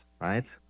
right